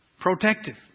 protective